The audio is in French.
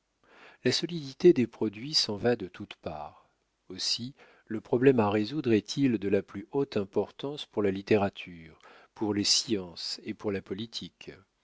la solidité des produits s'en va de toutes parts aussi le problème à résoudre est-il de la plus haute importance pour la littérature pour les sciences et pour la politique